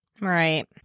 Right